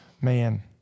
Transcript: Man